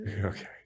Okay